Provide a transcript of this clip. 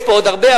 יש פה עוד הרבה,